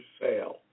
sale